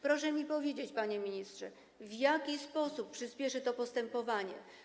Proszę mi powiedzieć, panie ministrze, w jaki sposób przyspieszy to postępowanie.